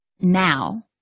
now